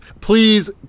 Please